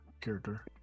character